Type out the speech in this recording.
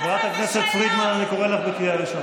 חברת הכנסת פרידמן, אני קורא אותך לסדר